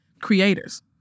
creators